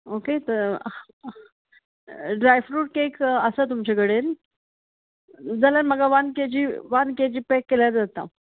okay dry fruit cake आसा तुमचे कडेन जाल्यार म्हाका one K G one K G pack केल्या जाता